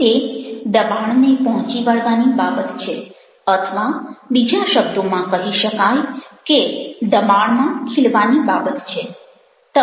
તે દબાણને પહોંચી વળવાની બાબત છે અથવા બીજા શબ્દોમાં કહી શકાય કે દબાણમાં ખીલવાની બાબત છે